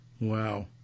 Wow